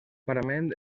parament